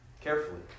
Carefully